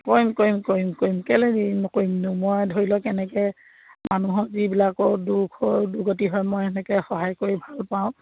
কৰিম কৰিম কৰিম কৰিম কেলৈ কৰিম মই ধৰি লওক কেনেকৈ মানুহৰ যিবিলাকৰ দুখৰ দুৰ্গতি হয় মই সেনেকৈ সহায় কৰি ভালপাওঁ